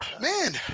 Man